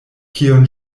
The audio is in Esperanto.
kiun